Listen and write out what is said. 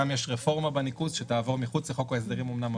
גם יש רפורמה בניקוז שתעבור מחוץ לחוק ההסדרים אומנם,